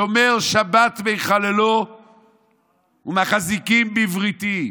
"שומר שבת מחללו ומחזיקים בבריתי".